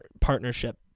partnership